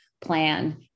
plan